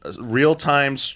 real-time